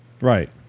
Right